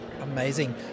Amazing